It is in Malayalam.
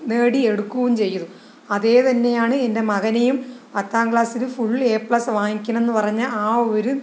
നേടിയെടുക്കുകയും ചെയ്യും അതു തന്നെയാണ് എൻ്റെ മകനെയും പത്താം ക്ലാസ്സില് ഫുൾ എ പ്ലസ് വാങ്ങിക്കണമെന്ന് പറഞ്ഞ ആ ഒരു